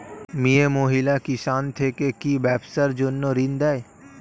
মিয়ে মহিলা কিষান থেকে কি ব্যবসার জন্য ঋন দেয়?